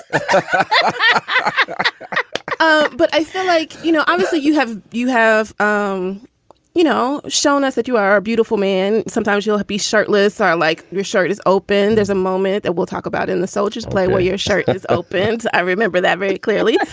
um but i feel like, you know, obviously you have. you have, um you know, shown us that you are a beautiful man. sometimes you'll be shirtless are like your shirt is open. there's a moment that we'll talk about in the soldier's play where your shirt is opened. i remember that very clearly.